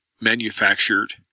manufactured